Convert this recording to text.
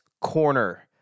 corner